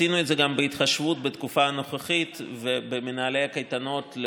עשינו את זה גם בהתחשבות בתקופה הנוכחית ובמנהלי הקייטנות,